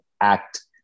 act –